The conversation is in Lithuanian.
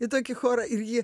į tokį chorą ir jį